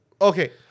Okay